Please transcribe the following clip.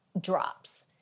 drops